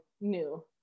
new